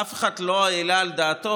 אף אחד לא העלה על דעתו